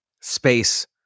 space